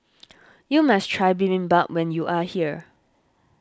you must try Bibimbap when you are here